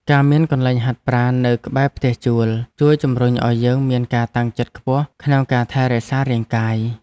ការមានកន្លែងហាត់ប្រាណនៅក្បែរផ្ទះជួលជួយជម្រុញឱ្យយើងមានការតាំងចិត្តខ្ពស់ក្នុងការថែរក្សារាងកាយ។